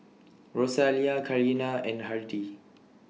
Rosalia Karina and Hardie